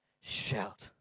shout